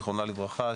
זיכרונה לברכה,